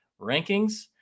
rankings